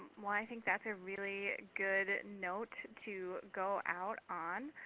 well, i think that's a really good note to go out on.